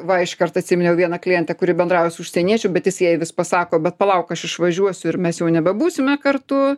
va iškart atsiminiau vieną klientę kuri bendrauja su užsieniečiu bet jis jai vis pasako bet palauk aš išvažiuosiu ir mes jau nebebūsime kartu